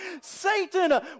Satan